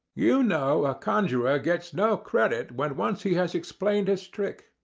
you know a conjuror gets no credit when once he has explained his trick,